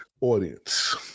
audience